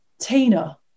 tina